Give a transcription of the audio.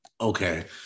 okay